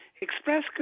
Express